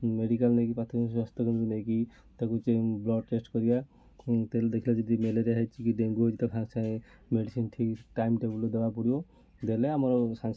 medical ନେଇକି ପ୍ରାଥମିକ ସ୍ୱାସ୍ଥ୍ୟ କେନ୍ଦ୍ରକୁ ନେଇକି ତାକୁ ବ୍ଲଡ଼୍ ଟେଷ୍ଟ୍ କରିବା ତେଣୁ ଦେଖିବା ଯଦି ମେଲେରିଆ ହେଇଛି କି ଡେଙ୍ଗୁ ହେଇଛି ତାହେଲେ ସାଙ୍ଗେ ସାଙ୍ଗେ ମେଡ଼ିସିନ୍ ଠିକ ଟାଇମ୍ ଟେବୁଲ୍ରେ ଦେବାକୁ ପଡ଼ିବ ଦେଲେ ଆମର ସାଙ୍ଗେ ସାଙ୍ଗେ ତା